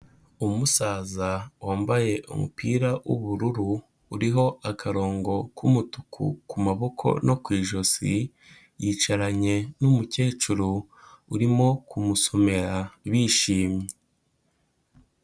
Umusaza wambaye umupira w'ubururu, uriho akarongo k'umutuku ku maboko no ku ijosi, yicaranye n'umukecuru urimo kumusomera bishimye.